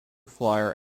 flier